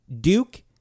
Duke